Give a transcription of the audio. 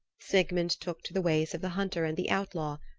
sigmund took to the ways of the hunter and the outlaw,